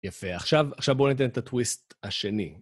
יפה. עכשיו עכשו בוא ניתן את הטוויסט השני.